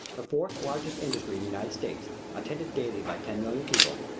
the fourth largest industry in the united states, attended daily by ten million people,